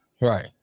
Right